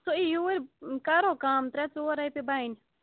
سُہ یی یوٗرۍ کرو کَم ترٛےٚ ژور رۄپیہِ بنہِ